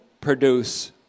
produce